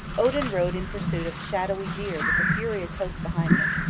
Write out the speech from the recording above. odin rode in pursuit of shadowy deer with the furious host behind him.